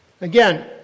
Again